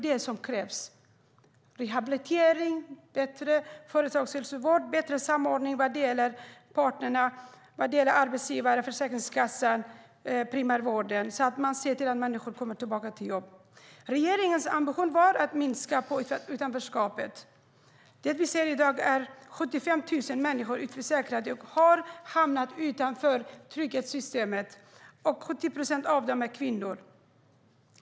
Det som krävs är bättre rehabilitering, bättre företagshälsovård och bättre samordning vad gäller parterna, alltså arbetsgivare, Försäkringskassan och primärvården, så att man ser till att människor kommer tillbaka till jobb. Regeringens ambition var att minska utanförskapet. I dag ser vi att 75 000 människor är utförsäkrade och har hamnat utanför trygghetssystemet. 70 procent av dem är kvinnor.